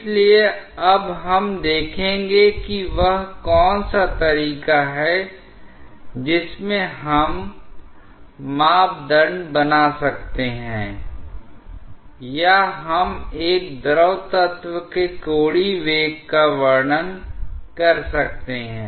इसलिए अब हम देखेंगे कि वह कौन सा तरीका है जिसमें हम मापदण्ड बना सकते हैं या हम एक द्रव तत्व के कोणीय वेग का वर्णन कर सकते हैं